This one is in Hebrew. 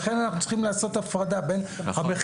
לכן אנחנו צריכים לעשות הפרדה בין המחקר